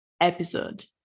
episode